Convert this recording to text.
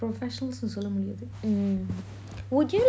professionals சொல்ல முடியாது:solla mudiyathu